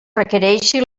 requereixi